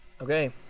Okay